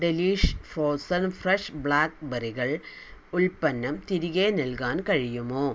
delish frozen fresh ബ്ലാക്ക്ബെറികൾ ഉൽപ്പന്നം തിരികെ നൽകാൻ കഴിയുമോ